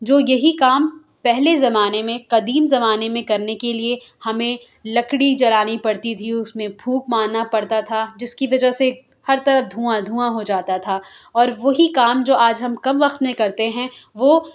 جو یہی کام پہلے زمانے میں قدیم زمانے میں کرنے کے لیے ہمیں لکڑی جلانی پڑتی تھی اس میں پھونک مارنا پڑتا تھا جس کی وجہ سے ہر طرف دھواں دھواں ہو جاتا تھا اور وہی کام جو آج ہم کم وقت میں کرتے ہیں وہ